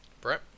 Brett